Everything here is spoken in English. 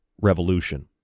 revolution